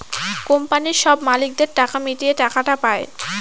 কোম্পানির সব মালিকদের টাকা মিটিয়ে টাকাটা পায়